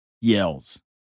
yells